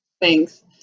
thanks